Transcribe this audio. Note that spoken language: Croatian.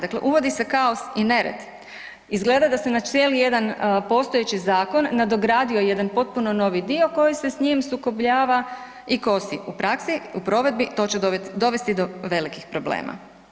Dakle, uvodi se kaos i nered, izgleda da se na cijeli jedan postojeći zakon nadogradio jedan potpuno novi dio koji se s njim sukobljava i kosi u praski, u provedbi to će dovesti do velikih problema.